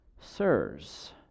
Sirs